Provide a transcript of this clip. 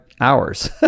hours